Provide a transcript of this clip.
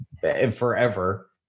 forever